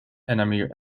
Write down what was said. and